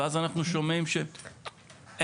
ואז אנחנו שומעים ש-אין.